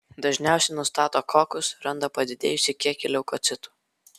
dažniausiai nustato kokus randa padidėjusį kiekį leukocitų